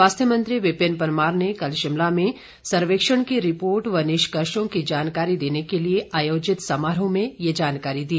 स्वास्थ्य मंत्री विपिन परमार ने कल शिमला में सर्वेक्षण की रिपोर्ट व निष्कर्षों की जानकारी देने के लिए आयोजित समारोह में ये जानकारी दी